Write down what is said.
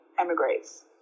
emigrates